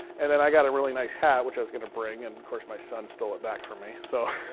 and then i got a really nice hat, which i was gonna bring, and of course my son stole it back from me. so.